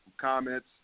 comments